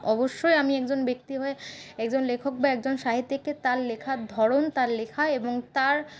অবশ্যই আমি একজন ব্যক্তি হয়ে একজন লেখক বা একজন সাহিত্যিককে তার লেখার ধরণ তার লেখা এবং তার